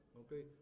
okay